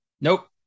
Nope